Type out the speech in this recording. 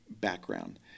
background